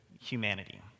humanity